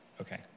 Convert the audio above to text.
Okay